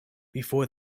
before